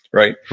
right?